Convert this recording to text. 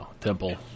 temple